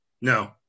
No